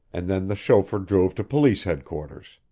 and then the chauffeur drove to police headquarters.